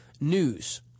news